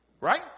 Right